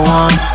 one